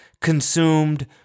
consumed